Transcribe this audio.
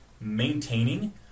maintaining